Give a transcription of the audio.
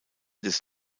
des